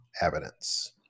evidence